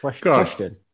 Question